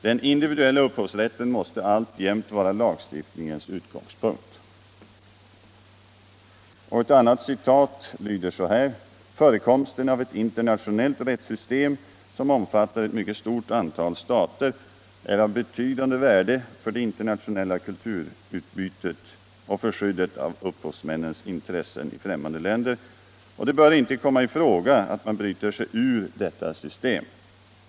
Den individuella upphovsrätten måste alltjämt vara lagsuftningens utgångspunkt.” Ett annat citat Ilvder så här: ”Förekomsten av ett internationellt rättssystem, som omfattar ett mycket stort antal stater, är av betydande värde för det internationella kulturutbytet och för skyddet av upphovsmännens intressen i främmande länder och det bör inte komma i fråga att man bryter sig ur detta svstem.